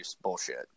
bullshit